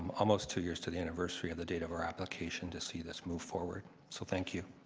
almost two years to the anniversary of the date of our application to see this move forward. so thank you.